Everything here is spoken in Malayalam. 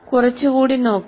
കുറച്ചുകൂടി നോക്കാം